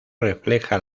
refleja